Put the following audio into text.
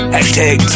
Hashtag